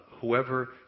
Whoever